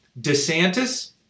DeSantis